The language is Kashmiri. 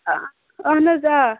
آ اہَن حظ آ